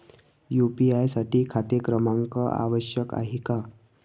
UPI साठी खाते क्रमांक आवश्यक आहे का?